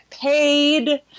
paid